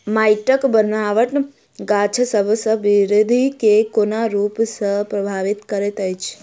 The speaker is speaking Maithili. माइटक बनाबट गाछसबक बिरधि केँ कोन रूप सँ परभाबित करइत अछि?